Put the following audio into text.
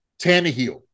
Tannehill